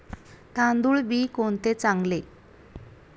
तांदूळ बी कोणते चांगले?